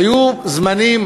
היו זמנים